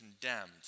condemned